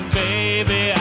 baby